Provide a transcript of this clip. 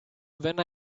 when